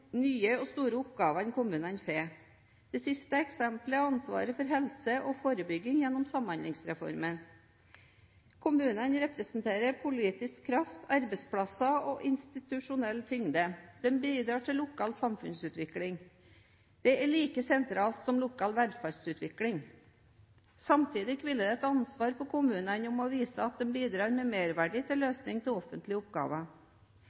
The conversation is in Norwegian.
siste eksempelet er ansvaret for helse og forebygging gjennom Samhandlingsreformen. Kommunene representerer politisk kraft, arbeidsplasser og institusjonell tyngde. De bidrar til lokal samfunnsutvikling. Det er like sentralt som lokal velferdsutvikling. Samtidig hviler det et ansvar på kommunene om å vise at de bidrar med merverdi til løsning av offentlige oppgaver